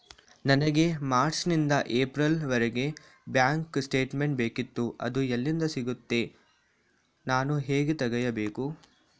ನನಗೆ ಮಾರ್ಚ್ ನಿಂದ ಏಪ್ರಿಲ್ ವರೆಗೆ ಬ್ಯಾಂಕ್ ಸ್ಟೇಟ್ಮೆಂಟ್ ಬೇಕಿತ್ತು ಅದು ಎಲ್ಲಿಂದ ಸಿಗುತ್ತದೆ ನಾನು ಹೇಗೆ ತೆಗೆಯಬೇಕು?